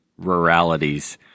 ruralities